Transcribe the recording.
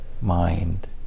mind